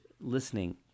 listening